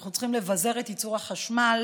אנחנו צריכים לבזר את ייצור החשמל.